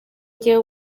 njye